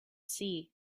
see